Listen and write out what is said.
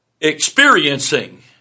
Experiencing